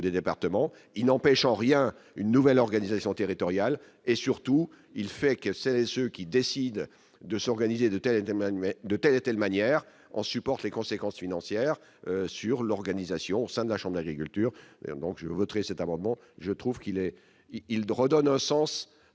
des départements, il n'empêche en rien une nouvelle organisation territoriale et surtout il fait que c'est ce qu'il décide de s'organiser de tels étaient, mais de telle et telle manière en supportent les conséquences financières sur l'organisation de la chambre d'agriculture, donc je voterai cet amendement, je trouve qu'il est, il de